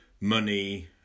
money